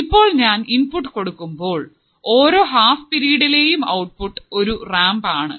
ഇപ്പോൾ ഞാൻ ഇൻപുട്ട് കൊടുക്കുമ്പോൾ ഓരോ ഹാഫ് പിരീഡിലെയും ഔട്ട്പുട്ട് ഒരു റാംപ് ആണ്